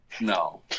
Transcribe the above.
no